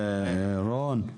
רון,